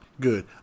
Good